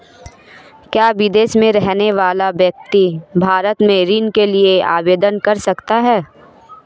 क्या विदेश में रहने वाला व्यक्ति भारत में ऋण के लिए आवेदन कर सकता है?